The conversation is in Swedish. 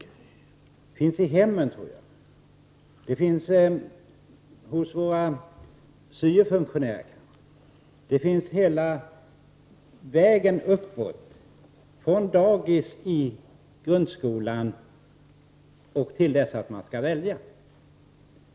Jag tror att de finns i hemmen och kanske också hos våra syo-funktionärer. De finns hela vägen från dagis, i grundskolan och fram till dess att man skall välja.